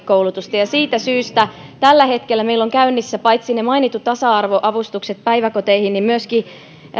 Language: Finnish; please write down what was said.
koulutusta ja siitä syystä tällä hetkellä meillä on käynnissä paitsi ne mainitut tasa arvo avustukset päiväkoteihin myöskin